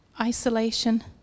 isolation